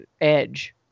edge